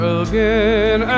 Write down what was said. again